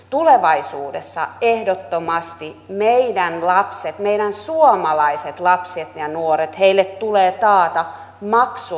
tulevaisuudessa ehdottomasti meidän suomalaisille lapsille ja nuorille tulee taata maksuton koulutus